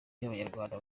ry’abanyarwanda